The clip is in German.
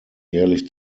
jährlich